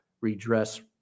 redress